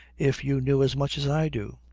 if you knew as much as i do.